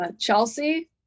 chelsea